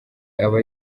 aba